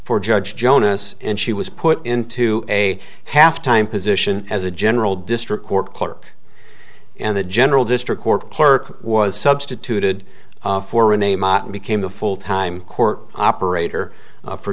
for judge jonas and she was put into a half time position as a general district court clerk and the general district court clerk was substituted for renee martin became a full time court operator for